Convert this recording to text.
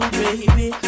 baby